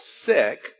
sick